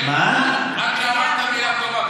עד שאמרת מילה טובה,